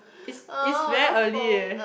is is very early eh